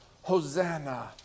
Hosanna